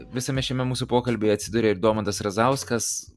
visame šiame mūsų pokalbyje atsiduria ir domantas razauskas